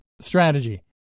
Strategy